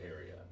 area